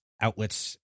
outlets